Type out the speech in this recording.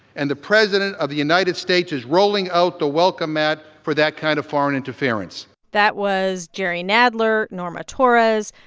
and the president of the united states is rolling out the welcome mat for that kind of foreign interference that was jerry nadler, norma torres,